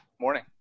morning